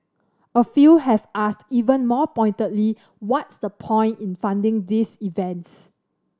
a few have asked even more pointedly what's the point in funding these events